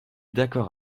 d’accord